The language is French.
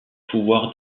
pouvoir